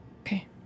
Okay